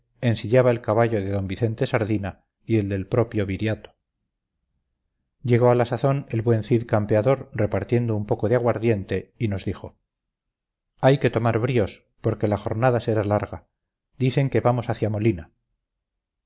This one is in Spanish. ensillaba el caballo de don vicente sardina y el del propio viriato llegó a la sazón el buen cid campeador repartiendo un poco de aguardiente y nos dijo hay que tomar bríos porque la jornada será larga dicen que vamos hacia molina